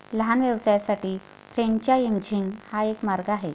लहान व्यवसायांसाठी फ्रेंचायझिंग हा एक मार्ग आहे